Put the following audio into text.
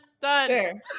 done